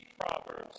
Proverbs